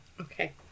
Okay